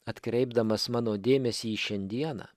atkreipdamas mano dėmesį į šiandieną